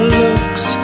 looks